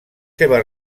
seves